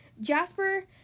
Jasper